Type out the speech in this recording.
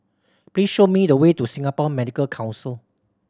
please show me the way to Singapore Medical Council